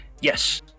Yes